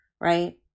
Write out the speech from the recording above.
right